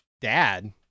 dad